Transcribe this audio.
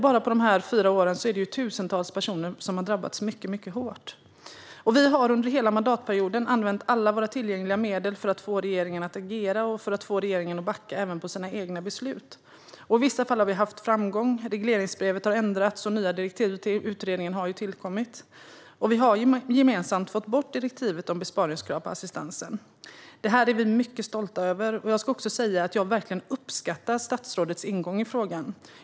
Bara på dessa fyra år är det tusentals personer som drabbats mycket hårt. Vi har under hela mandatperioden använt alla tillgängliga medel för att få regeringen att agera och att backa även när det gäller dess egna beslut. I vissa fall har vi haft framgång. Regleringsbrevet har ändrats, och nya direktiv till utredningen har tillkommit. Vi har gemensamt fått bort direktivet om besparingskrav på assistansen. Detta är vi mycket stolta över. Jag ska också säga att jag verkligen uppskattar statsrådets ingång i frågan.